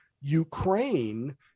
Ukraine